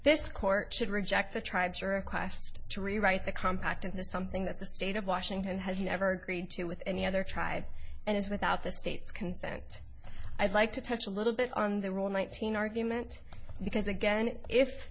this court should reject the tribes request to rewrite the compact into something that the state of washington has never agreed to with any other tribe and is without the state's consent i'd like to touch a little bit on the rule nineteen argument because again if